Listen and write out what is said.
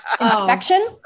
Inspection